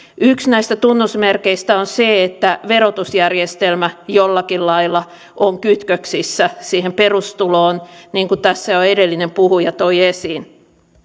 yksi näistä tunnusmerkeistä on se että verotusjärjestelmä jollakin lailla on kytköksissä siihen perustuloon niin kuin tässä jo edellinen puhuja toi esiin